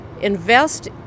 invest